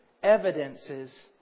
evidences